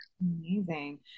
Amazing